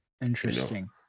Interesting